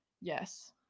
yes